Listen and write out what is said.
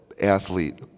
athlete